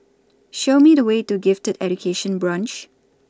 Show Me The Way to Gifted Education Branch